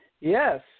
Yes